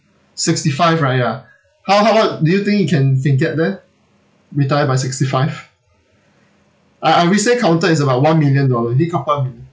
sixty five right ya how how how do you think you can you can get there retire by sixty five I I recently counted is about one million dollar need about one million